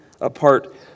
apart